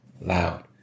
loud